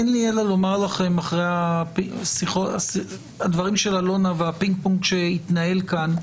אין לי אלא לומר לכם אחרי הדברים של אלונה והפינג-פונג שהתנהל כאן,